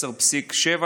10.7%,